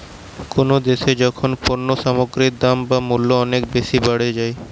কোনো দ্যাশে যখন পণ্য সামগ্রীর দাম বা মূল্য অনেক বেশি বেড়ে যায়